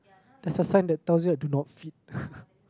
there's a sign that tells you that do not feed